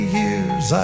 years